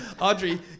Audrey